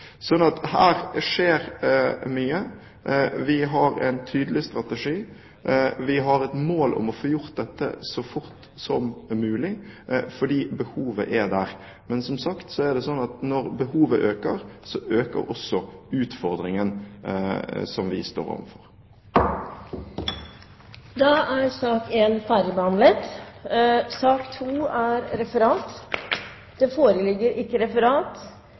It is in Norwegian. Her skjer det mye. Vi har en tydelig strategi. Vi har et mål om å få gjort dette så fort som mulig, fordi behovet er der. Men som sagt er det slik at når behovet øker, øker også utfordringen som vi står overfor. Sak nr. 1 er dermed ferdigbehandlet. Det foreligger ikke noe referat.